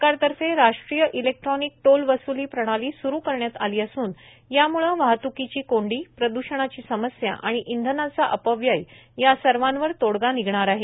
सरकारतर्फे राट्रीय electronic toll वसुली प्रणाती सुरू करण्यात आली असून यामुळं वाहतुकीची कोंडी प्रद्राणाची समस्या आणि इंथनाचा अपव्यय या सर्वांवर तोडगा निषणार आहे